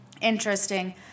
interesting